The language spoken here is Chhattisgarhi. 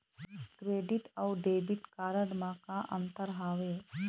क्रेडिट अऊ डेबिट कारड म का अंतर हावे?